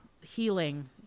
healing